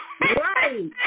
Right